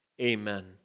amen